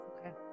Okay